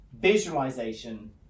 visualization